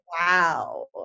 wow